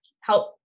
help